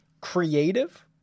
creative